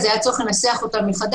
אז היה צורך לנסחם מחדש.